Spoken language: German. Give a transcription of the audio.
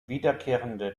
wiederkehrende